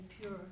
pure